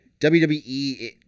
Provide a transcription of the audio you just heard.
WWE